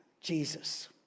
Jesus